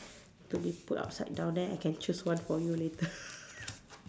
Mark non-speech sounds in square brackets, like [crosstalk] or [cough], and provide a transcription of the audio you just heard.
to be put upside down then I can choose one for you later [laughs]